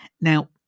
Now